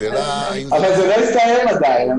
אבל זה לא הסתיים עדיין.